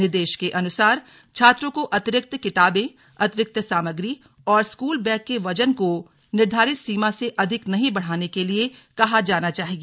निर्देश के अनुसार छात्रों को अतिरिक्त किताबें अतिरिक्त सामग्री और स्कूल बैग के वजन को निर्धारित सीमा से अधिक नहीं बढ़ाने के लिए कहा जाना चाहिए